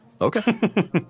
Okay